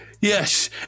Yes